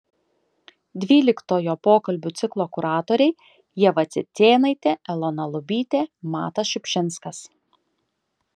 dvyliktojo pokalbių ciklo kuratoriai ieva cicėnaitė elona lubytė matas šiupšinskas